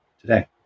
today